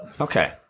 Okay